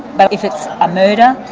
but if it's a murder,